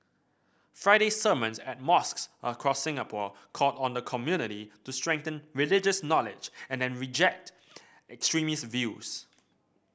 Friday sermons at mosques across Singapore called on the community to strengthen religious knowledge and reject extremist views